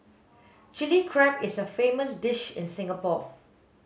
chilli crab is a famous dish in Singapore